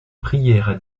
prièrent